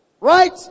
right